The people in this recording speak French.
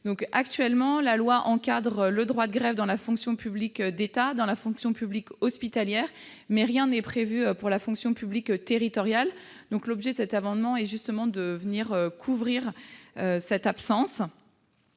Actuellement, la loi encadre le droit de grève dans la fonction publique d'État et dans la fonction publique hospitalière, mais rien n'est prévu pour la fonction publique territoriale. L'objet de cet amendement est de combler cette lacune.